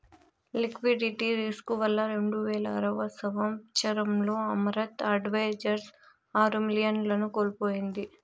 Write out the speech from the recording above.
liquidity risk వల్ల రెండువేల ఆరవ సంవచ్చరంలో అమరత్ అడ్వైజర్స్ ఆరు మిలియన్లను కోల్పోయింది